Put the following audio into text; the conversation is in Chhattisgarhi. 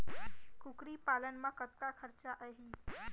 कुकरी पालन म कतका खरचा आही?